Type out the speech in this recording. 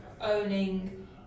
owning